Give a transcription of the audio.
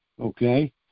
okay